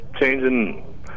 changing